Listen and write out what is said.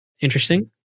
Interesting